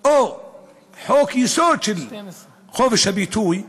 או חוק-יסוד של חופש הביטוי,